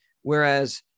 whereas